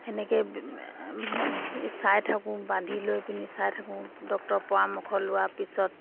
সেনেকে চাই থাকোঁ বান্ধি লৈ পিনি চাই থাকোঁ ডাক্তৰৰ পৰামৰ্শ লোৱাৰ পিছত